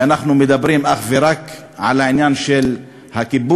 ואנחנו מדברים אך ורק על העניין של הכיבוש,